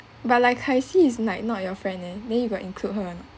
but like is like not your friend then then you got include her or not